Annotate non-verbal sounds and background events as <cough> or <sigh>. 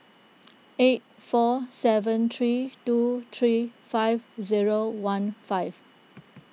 <noise> eight four seven three two three five zero one five